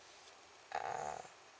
uh